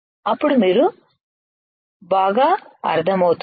అప్పుడు మీరు బాగా అర్ధమవుతుంది